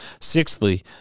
Sixthly